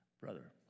brother